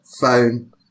phone